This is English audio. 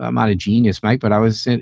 um and genius mike. but i was,